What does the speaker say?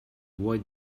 wild